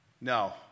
No